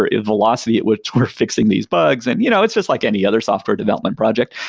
ah velocity at which we're fixing these bugs? and you know it's just like any other software development project.